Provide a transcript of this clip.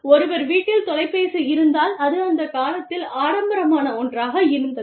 ஒருவர் வீட்டில் தொலைபேசி இருந்தால் அது அந்த காலத்தில் ஆடம்பரமான ஒன்றாக இருந்தது